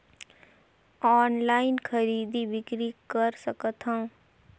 Online खरीदी बिक्री कर सकथव?